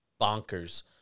bonkers